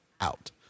out